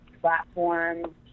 platform